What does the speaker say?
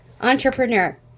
entrepreneur